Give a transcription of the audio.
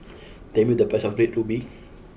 tell me the price of Red Ruby